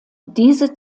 diese